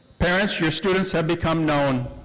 parents, your students have become known,